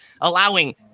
allowing